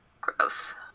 Gross